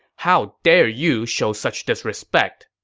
how dare you show such disrespect?